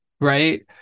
right